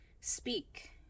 speak